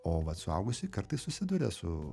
o vat suaugusi kartais susiduria su